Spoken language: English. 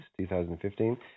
2015